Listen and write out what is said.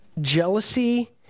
jealousy